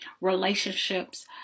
relationships